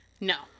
No